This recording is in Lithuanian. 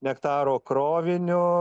nektaro kroviniu